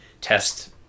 test